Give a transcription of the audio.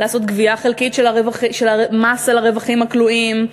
לעשות גבייה חלקית של המס על הרווחים הכלואים,